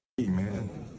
amen